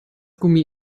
gummi